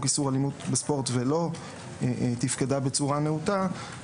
איסור אלימות בספורט ולא תפקדה בצורה נאותה,